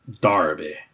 Darby